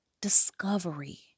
discovery